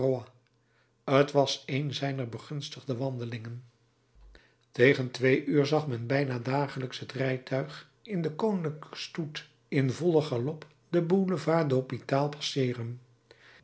t was een zijner begunstigde wandelingen tegen twee uur zag men bijna dagelijks het rijtuig en den koninklijken stoet in vollen galop den boulevard de l'hôpital